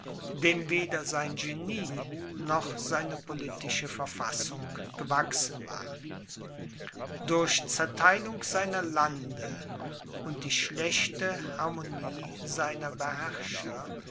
dem weder sein genie noch seine politische verfassung gewachsen war durch zertheilung seiner lande und die schlechte harmonie seiner